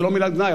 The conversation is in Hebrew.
זה לא מילת גנאי,